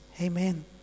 Amen